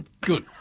Good